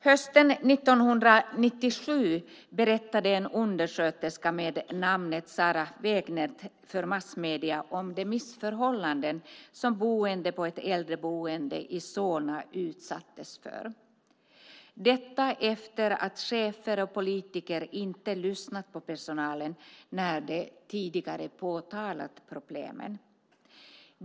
Hösten 1997 berättade en undersköterska med namnet Sarah Wägnert för massmedierna om de missförhållanden som boende på ett äldreboende i Solna utsattes för, detta efter att chefer och politiker inte hade lyssnat på personalen när de tidigare påtalat problemen.